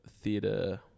theatre